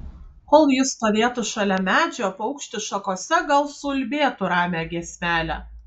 kol ji stovėtų šalia medžio paukštis šakose gal suulbėtų ramią giesmelę